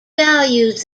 values